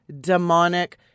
demonic